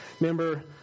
Remember